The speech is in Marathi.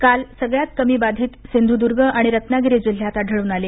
काल सगळ्यांत कमी बाधित सिंधुदुर्ग आणि रत्नागिरी जिल्ह्यात आढळून आले